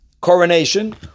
Coronation